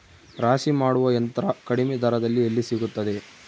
ರಾಶಿ ಮಾಡುವ ಯಂತ್ರ ಕಡಿಮೆ ದರದಲ್ಲಿ ಎಲ್ಲಿ ಸಿಗುತ್ತದೆ?